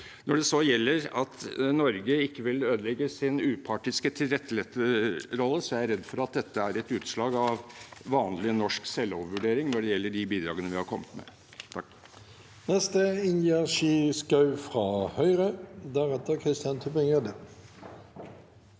Når det så gjelder at Norge ikke vil ødelegge sin upartiske tilretteleggerrolle, er jeg redd for at dette er et utslag av vanlig norsk selvovervurdering når det gjelder de bidragene vi har kommet med.